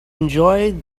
enjoyed